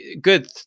good